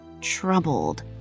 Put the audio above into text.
troubled